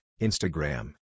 Instagram